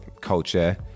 culture